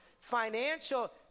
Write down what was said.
financial